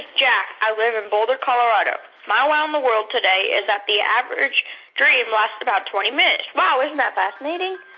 yeah i live in boulder, colo. ah and my wow in the world today is that the average dream lasts about twenty minutes. wow. isn't that fascinating?